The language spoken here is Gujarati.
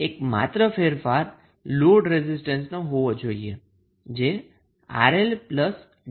એકમાત્ર ફેરફાર લોડ રેઝિસ્ટન્સ નો હોવો જોઈએ જે 𝑅𝐿𝛥𝑅 છે